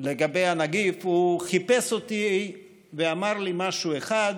לגבי הנגיף, הוא חיפש אותי ואמר לי משהו אחד,